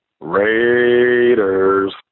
Raiders